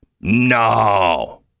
No